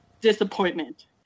Disappointment